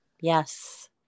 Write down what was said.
Yes